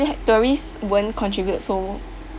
tourists won't contribute so